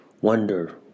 wonder